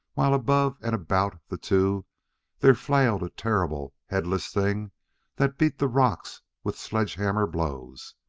while above and about the two there flailed a terrible, headless thing that beat the rocks with sledge-hammer blows.